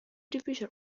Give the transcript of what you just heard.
divisor